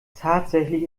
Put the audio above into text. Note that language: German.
tatsächlich